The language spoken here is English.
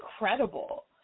incredible